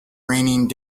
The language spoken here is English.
raining